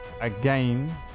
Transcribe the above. again